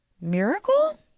miracle